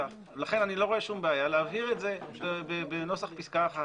לכן אני לא רואה בעיה להבהיר את זה בנוסח פסקה (1).